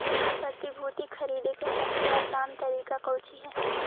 प्रतिभूति खरीदे के सबसे आसान तरीका कउची हइ